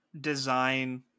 design